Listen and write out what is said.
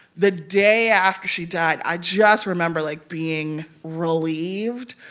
the day after she died, i just remember, like, being relieved,